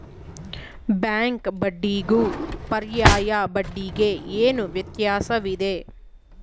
Bank ಬಡ್ಡಿಗೂ ಪರ್ಯಾಯ ಬಡ್ಡಿಗೆ ಏನು ವ್ಯತ್ಯಾಸವಿದೆ?